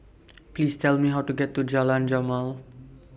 Please Tell Me How to get to Jalan Jamal